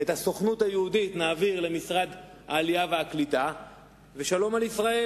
את הסוכנות היהודית נעביר למשרד העלייה והקליטה ושלום על ישראל.